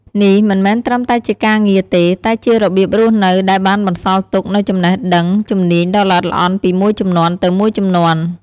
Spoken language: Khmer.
នេះមិនមែនត្រឹមតែជាការងារទេ តែជារបៀបរស់នៅដែលបានបន្សល់ទុកនូវចំណេះដឹងជំនាញដ៏ល្អិតល្អន់ពីមួយជំនាន់ទៅមួយជំនាន់។